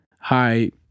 hi